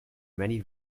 many